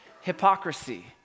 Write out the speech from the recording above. hypocrisy